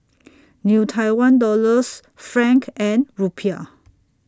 New Tiwan Dollars Franc and Rupiah